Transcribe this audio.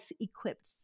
equipped